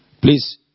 Please